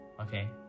Okay